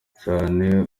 cyane